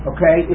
Okay